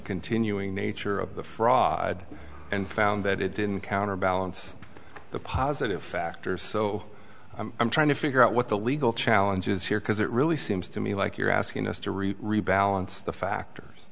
continuing nature of the fraud and found that it didn't counterbalance the positive factor so i'm trying to figure out what the legal challenges here because it really seems to me like you're asking us to read rebalance the factors